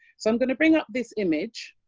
so i'm going to bring up this image.